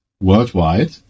worldwide